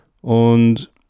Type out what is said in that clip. Und